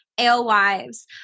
Alewives